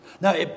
Now